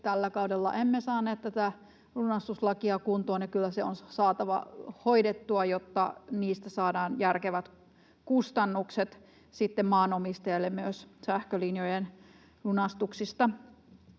tällä kaudella emme saaneet tätä lunastuslakia kuntoon, ja kyllä se on saatava hoidettua, jotta niistä saadaan järkevät korvaukset maanomistajalle, myös sähkölinjojen lunastuksista.